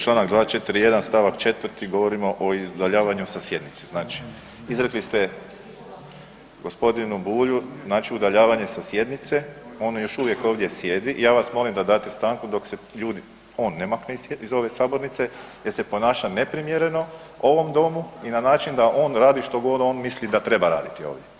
Čl. 241. st. 4. govorimo o udaljavanju sa sjednice, znači izrekli ste g. Bulju znači udaljavanje sa sjednice, on još uvijek ovdje sjedi, ja vas molim da date stanku dok se ljudi, on ne makne iz ove sabornice jer se ponaša neprimjereno u ovom domu i na način da on radi što god on misli da treba raditi ovdje.